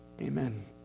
amen